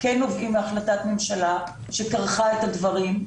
כן נובעים מהחלטת ממשלה שכרכה את הדברים,